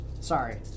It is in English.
Sorry